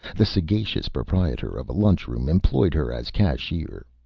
the sagacious proprietor of a lunch room employed her as cashier.